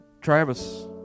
travis